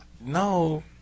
No